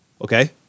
okay